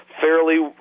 fairly